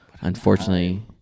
Unfortunately